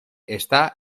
está